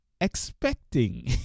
expecting